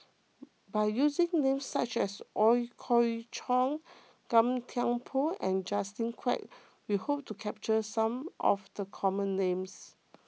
by using names such as Ooi Kok Chuen Gan Thiam Poh and Justin Quek we hope to capture some of the common names